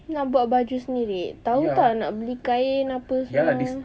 nak buat baju sendiri tahu tak nak beli kain apa semua